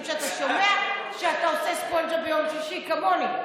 שאתה שומע כשאתה עושה ספונג'ה ביום שישי כמוני,